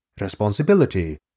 responsibility